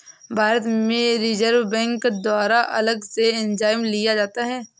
भारत में reserve bank द्वारा अलग से एग्जाम लिया जाता है